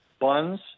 buns